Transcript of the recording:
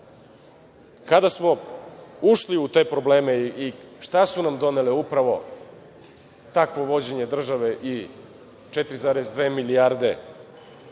Kada smo ušli u te probleme i šta su nam je donelo upravo takvo vođenje države i 4,2 milijarde